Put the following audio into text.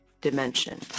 dimension